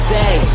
day